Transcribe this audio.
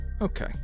Okay